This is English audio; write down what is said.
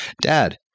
Dad